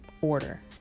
order